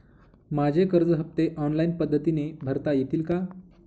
माझे कर्ज हफ्ते ऑनलाईन पद्धतीने भरता येतील का?